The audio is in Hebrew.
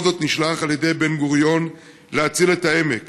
זאת נשלח על ידי בן גוריון להציל את העמק?